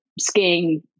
skiing